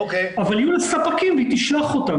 אבל יהיו לה ספקים והיא תשלח אותם.